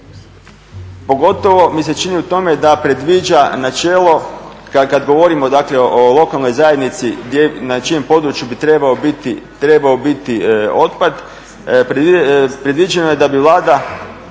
Pogotovo mi se čini u tome da predviđa načelo kad govorimo dakle o lokalnoj zajednici na čijem području bi trebao biti otpad predviđeno je da bi Vlada